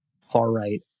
far-right